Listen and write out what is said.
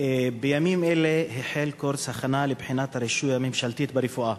בימים אלה החל קורס הכנה לבחינת הרישוי הממשלתית ברפואה.